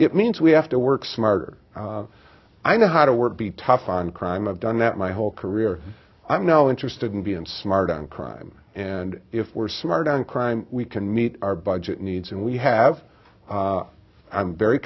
it means we have to work smarter i know how to work be tough on crime i've done that my whole career i'm now interested in being smart on crime and if we're smart on crime we can meet our budget needs and we have i'm very